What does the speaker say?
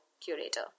curator